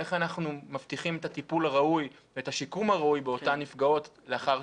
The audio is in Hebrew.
איך אנחנו מבטיחים את הטיפול הראוי ואת השיקום הראוי באותן נפגעות לאחר